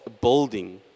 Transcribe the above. building